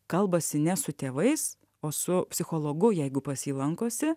kalbasi ne su tėvais o su psichologu jeigu pas jį lankosi